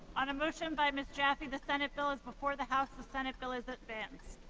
on a motion by ms. jaffee, the senate bill is before the house. the senate bill is advanced.